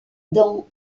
dans